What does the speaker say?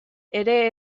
ere